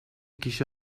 kişi